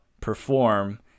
perform